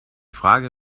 frage